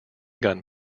gun